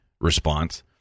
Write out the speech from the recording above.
response